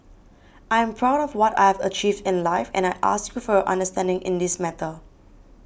I am proud of what I have achieved in life and I ask you for your understanding in this matter